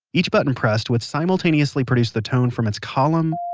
each button pressed would simultaneously produce the tone from its column,